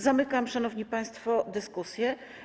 Zamykam, szanowni państwo, dyskusję.